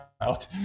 out